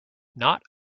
not